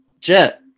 Jet